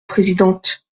présidente